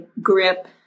grip